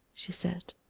she said.